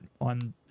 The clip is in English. on